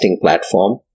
platform